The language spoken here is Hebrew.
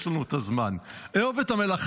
יש לנו את הזמן: "אהוב את המלאכה"